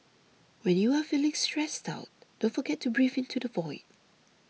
when you are feeling stressed out don't forget to breathe into the void